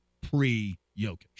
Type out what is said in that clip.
pre-Jokic